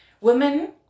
women